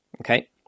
okay